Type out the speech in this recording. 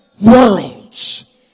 worlds